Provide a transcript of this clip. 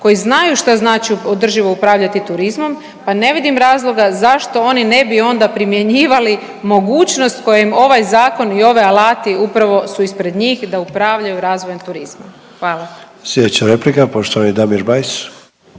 koji znaju šta znači održivo upravljati turizmom, pa ne vidim razloga zašto oni ne bi onda primjenjivali mogućnost koje im ovaj zakon i ove alati upravo su ispred njih da upravljaju razvojem turizma, hvala. **Sanader, Ante (HDZ)** Slijedeća replika poštovani Damir Bajs.